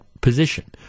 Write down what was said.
position